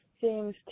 seems